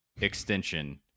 extension